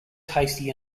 tasty